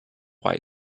white